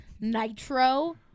nitro